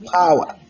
power